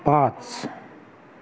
पाच